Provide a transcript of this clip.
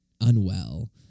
unwell